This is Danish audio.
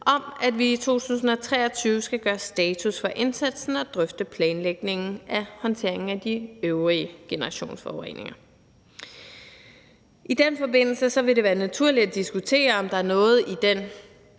om, at vi i 2023 skal gøre status for indsatsen og drøfte planlægningen af håndteringen af de øvrige generationsforureninger. Kl. 12:52 I den forbindelse vil det være naturligt at diskutere, om der er noget i den